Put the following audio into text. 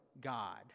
God